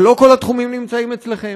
אבל לא כל התחומים נמצאים אצלכם,